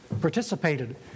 participated